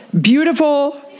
beautiful